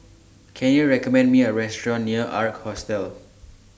Can YOU recommend Me A Restaurant near Ark Hostel